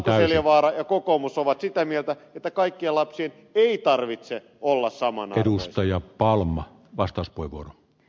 asko seljavaara ja kokoomus ovat sitä mieltä että kaikkien lapsien ei tarvitse olla samanarvoisia